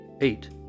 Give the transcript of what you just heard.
Eight